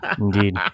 Indeed